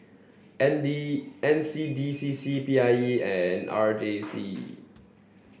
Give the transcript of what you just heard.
N D N C D C C P I E and R J C